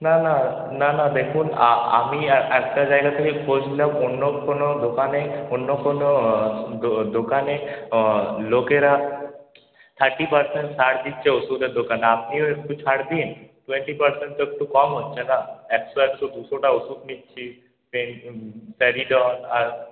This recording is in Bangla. না না না না দেখুন আমি একটা জায়গা থেকে খোঁজ নিলাম অন্য কোনো দোকানে অন্য কোনো দোকানে লোকেরা থার্টি পার্সেন্ট ছাড় দিচ্ছে ওষুধের দোকানে আপনিও একটু ছাড় দিন টোয়েন্টি পার্সেন্ট তো একটু কম হচ্ছে না একশো একশো দুশোটা ওষুধ নিচ্ছি স্যারিডন আর